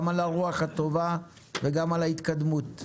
גם על הרוח הטובה וגם על ההתקדמות.